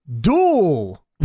duel